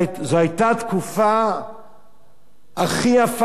זו היתה התקופה הכי יפה,